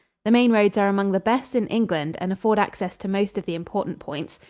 the main roads are among the best in england and afford access to most of the important points.